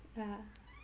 ya